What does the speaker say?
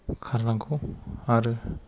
खारनांगौ आरो